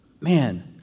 Man